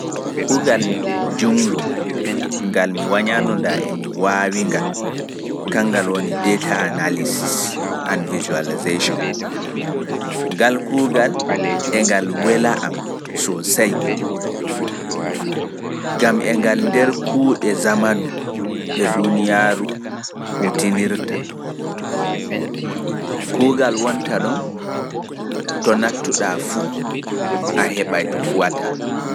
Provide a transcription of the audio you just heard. Kuugal junngo ngal mi wanyaano emi waawingal kanngal woni 'Data Analysis and visualization'. Ngal kuugal e ngal wela am sosai gam e ngal ɗon nder kuuɗe zamanu ɗe duuniyaaru huutinirta sosai.